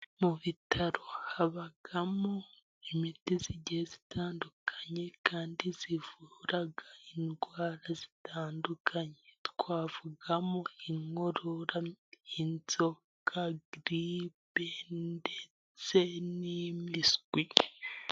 Mu bitaro habagamo imiti zigiye zitandukanye, kandi zivura indwara zitandukanye twavugamo: inkorora, y' inzoka bibi ndetse n' impiswi.